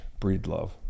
breedlove